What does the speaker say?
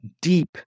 deep